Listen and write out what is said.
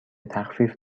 تخفیف